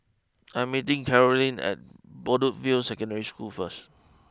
I am meeting Caroline at Bedok view Secondary School first